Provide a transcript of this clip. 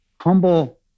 humble